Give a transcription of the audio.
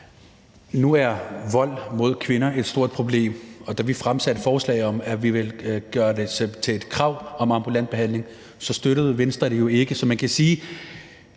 Nu er vold mod kvinder et stort problem, og da vi fremsatte et forslag om, at vi ville gøre det til et krav med ambulant behandling, så støttede Venstre det jo ikke.